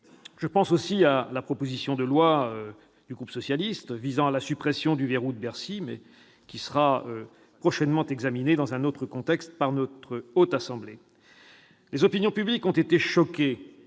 Je pense aussi à la proposition de loi du groupe socialiste et républicain visant à la suppression du « verrou de Bercy », qui sera prochainement examinée par notre Haute Assemblée. Les opinions publiques ont été choquées